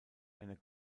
einer